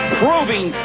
proving